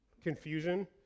confusion